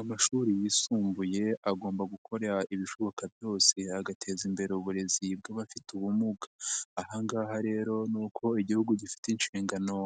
Amashuri yisumbuye agomba gukora ibishoboka byose agateza imbere uburezi bw'abafite ubumuga, aha ngaha rero ni uko Igihugu gifite inshingano